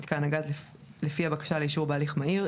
מיתקן הגז לפי הבקשה לאישור בהליך מהיר,